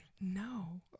No